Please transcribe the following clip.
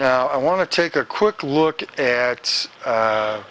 now i want to take a quick look at